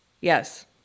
Yes